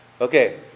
okay